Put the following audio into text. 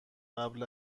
قبل